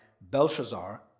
Belshazzar